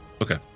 Okay